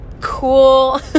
cool